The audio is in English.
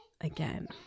again